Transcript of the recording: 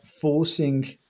forcing